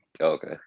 Okay